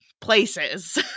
places